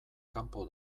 kanpo